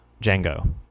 Django